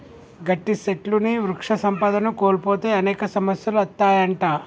గట్టి సెట్లుని వృక్ష సంపదను కోల్పోతే అనేక సమస్యలు అత్తాయంట